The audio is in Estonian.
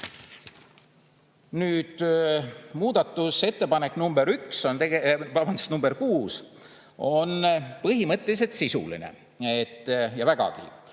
Muudatusettepanek nr 6 on põhimõtteliselt sisuline, ja vägagi.